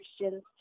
Christians